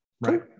Right